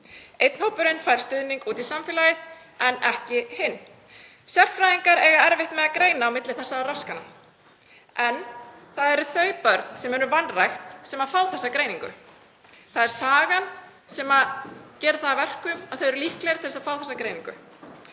Einn hópurinn fær stuðning út í samfélagið en ekki hinn. Sérfræðingar eiga erfitt með að greina á milli þessara raskana en það eru þau börn sem eru vanrækt sem fá þessa greiningu. Það er sagan sem gerir það að verkum að þau eru líklegri til að fá þessa greiningu